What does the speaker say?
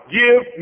give